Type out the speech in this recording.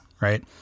right